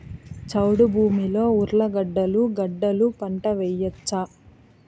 చౌడు భూమిలో ఉర్లగడ్డలు గడ్డలు పంట వేయచ్చా?